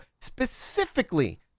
specifically